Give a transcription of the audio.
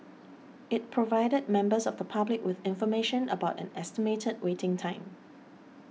it provided members of the public with information about an estimated waiting time